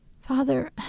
Father